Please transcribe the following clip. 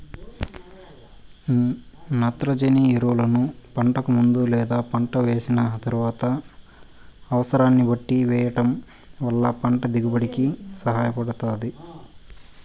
నత్రజని ఎరువులను పంటకు ముందు లేదా పంట వేసిన తరువాత అనసరాన్ని బట్టి వెయ్యటం వల్ల పంట దిగుబడి కి సహాయపడుతాది